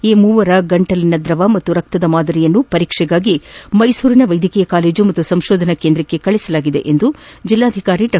ಈ ಮೂವರ ಗಂಟಲಿನ ದ್ರವ ಪಾಗೂ ರಕ್ತದ ಮಾದರಿಯನ್ನು ಪರೀಕ್ಷೆಗಾಗಿ ಮೈಸೂರಿನ ವೈದ್ಯಕೀಯ ಕಾಲೇಜು ಮತ್ತು ಸಂಶೋಧನಾ ಕೇಂದ್ರಕ್ಕೆ ಕಳುಹಿಸಲಾಗಿದೆ ಎಂದು ಜಿಲ್ಲಾಧಿಕಾರಿ ಡಾ